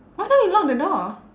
why don't you lock the door